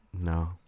no